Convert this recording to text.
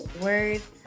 words